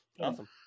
Awesome